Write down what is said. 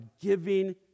giving